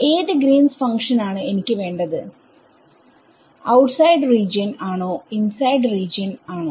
ഏത് Green's function ആണ് എനിക്ക് വേണ്ടത് ഔട്ട്സൈഡ് റീജിയൻ ആണോ ഇൻസൈഡ് റീജിയൻ ആണോ